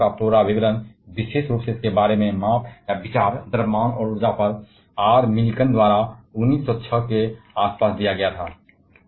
और इलेक्ट्रॉन का पूरा विवरण विशेष रूप से माप या विचार इसके बारे में द्रव्यमान और ऊर्जा आर मिलिकन द्वारा 1906 के आसपास दिया गया था